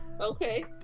Okay